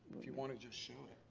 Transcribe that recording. if you want to just show it.